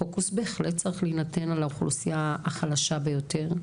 הפוקוס בהחלט צריך להינתן על האוכלוסייה החלשה ביותר,